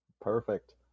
Perfect